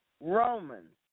Romans